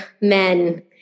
men